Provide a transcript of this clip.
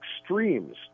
extremes